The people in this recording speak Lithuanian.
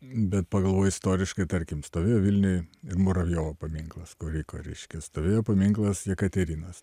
bet pagalvoji istoriškai tarkim stovėjo vilniuj muravjovo paminklas koriko reiškia stovėjo paminklas jekaterinos